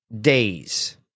days